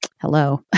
hello